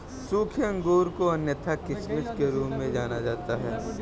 सूखे अंगूर को अन्यथा किशमिश के रूप में जाना जाता है